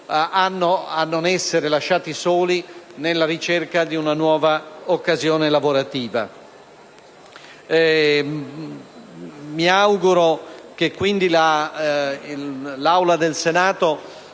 lavoro a non essere lasciati soli nella ricerca di una nuova occasione lavorativa. Mi auguro quindi che l'Assemblea del Senato